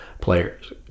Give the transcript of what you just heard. players